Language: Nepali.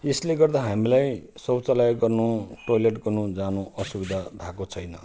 यसले गर्दा हामीलाई शौचालय गर्नु टोइलेट गर्नु जानु असुविधा भएको छैन